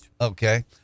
Okay